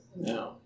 No